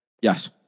Yes